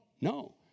No